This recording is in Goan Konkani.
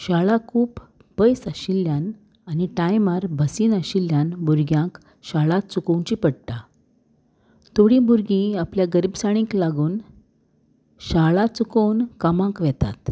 शाळा खूब पयस आशिल्ल्यान आनी टायमार बसीन आशिल्ल्यान भुरग्यांक शाळा चुकोवची पडटा थोडीं भुरगीं आपल्या गरीबसाणीक लागून शाळा चुकोवन कामाक वेतात